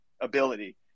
ability